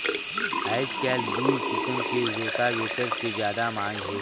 आयज कायल दूई किसम के रोटावेटर के जादा मांग हे